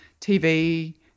TV